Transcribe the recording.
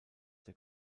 der